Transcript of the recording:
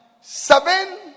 seven